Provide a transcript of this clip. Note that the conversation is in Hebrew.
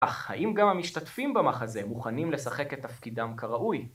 אך האם גם המשתתפים במחזה מוכנים לשחק את תפקידם כראוי?